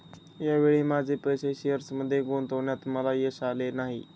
या वेळी माझे पैसे शेअर्समध्ये गुंतवण्यात मला यश आले नाही